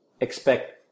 expect